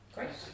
Great